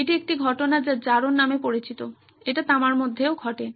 এটি একই ঘটনা যা জারণ নামে পরিচিত যা তামার মধ্যেও ঘটে